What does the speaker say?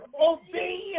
Obey